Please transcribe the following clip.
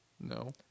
No